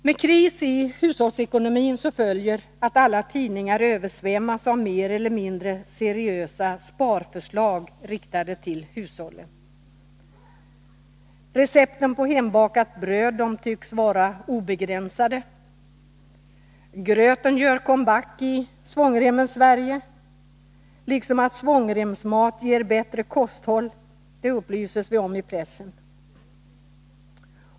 Med kris i hushållsekonomin följer att alla tidningar översvämmas av mer eller mindre seriösa sparförslag riktade till hushållen. Antalet retept på hembakat bröd tycks vara obegränsat. Gröten gör come-back i svångrem mens Sverige, liksom framhållandet av att svångremsmat ger bättre kosthåll — det upplyses vi om i pressen.